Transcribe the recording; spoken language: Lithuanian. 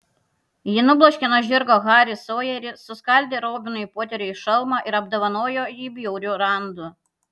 ji nubloškė nuo žirgo harį sojerį suskaldė robinui poteriui šalmą ir apdovanojo jį bjauriu randu